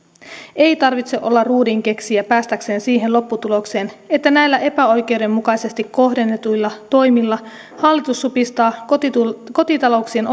ei tarvitse olla ruudinkeksijä päästäkseen siihen lopputulokseen että näillä epäoikeudenmukaisesti kohdennetuilla toimilla hallitus supistaa kotitalouksien kotitalouksien